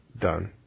done